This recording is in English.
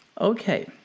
okay